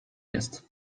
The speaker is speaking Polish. jest